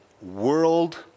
world